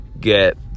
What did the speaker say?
get